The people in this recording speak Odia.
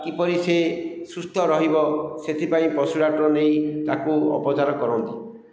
କିପରି ସେ ସୁସ୍ଥ ରହିବ ସେଥିପାଇଁ ପଶୁ ଡାକ୍ତର ନେଇ ତାକୁ ଉପଚାର କରନ୍ତି